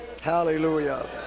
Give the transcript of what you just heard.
Hallelujah